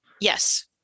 Yes